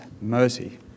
mercy